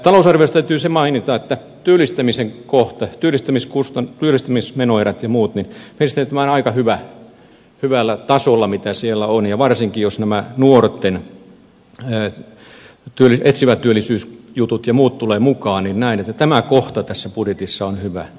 talousarviosta täytyy se mainita että työllistämisen kohta työllistämismenoerät ja muut mielestäni on aika hyvällä tasolla mitä siellä on ja varsinkin jos nämä nuorten etsivä työllisyys jutut ja muut tulevat mukaan näen että tämä kohta tässä budjetissa on hyvä